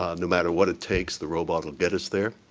ah no matter what it takes, the robot will get us there.